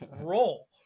roll